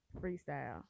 Freestyle